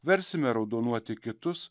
versime raudonuoti kitus